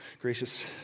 Gracious